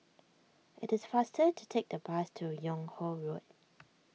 it is faster to take the bus to Yung Ho Road